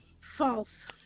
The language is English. False